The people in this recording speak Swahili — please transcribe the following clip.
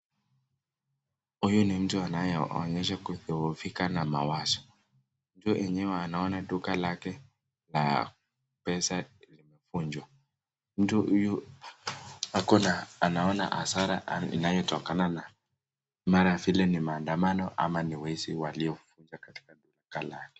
Huyu ni mtu anayeonyesha kudhoofika na mawazo, mtu mwenyewe anaona duka lake la pesa limevunjwa. Mtu huyu ako na, anaona hasara inayotokana na mara vile ni maandamano ama ni wezi waliovunja katika duka lake.